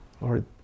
Lord